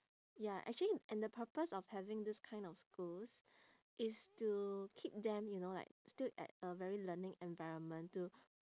ya actually and the purpose of having this kind of schools is to keep them you know like still at a very learning environment to